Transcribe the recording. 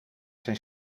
zijn